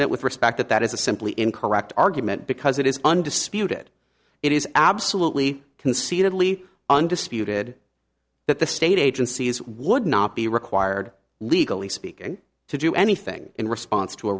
submit with respect that that is a simply incorrect argument because it is undisputed it is absolutely conceitedly undisputed that the state agencies would not be required legally speaking to do anything in response to a